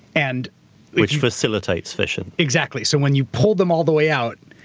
and which facilitates fishing. exactly. so when you pull them all the way out,